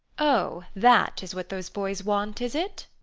oh, that is what those boys want, is it?